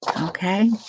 Okay